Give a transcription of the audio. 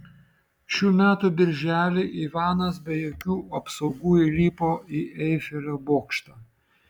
šių metų birželį ivanas be jokių apsaugų įlipo į eifelio bokštą